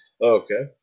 okay